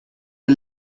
wir